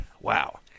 Wow